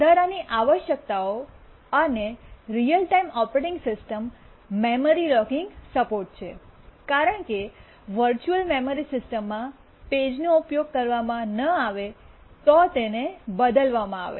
વધારાની આવશ્યકતાઓ અને real time operating systems memory locking support છે કારણ કે વર્ચુઅલ મેમરી સિસ્ટમમાં પેજનો ઉપયોગ કરવામાં ન આવે તો તેને બદલવામાં આવે છે